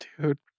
Dude